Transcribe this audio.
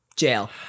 jail